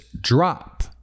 drop